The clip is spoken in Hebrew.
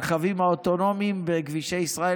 הרכבים האוטונומיים בכבישי ישראל.